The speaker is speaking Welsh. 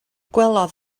gwelodd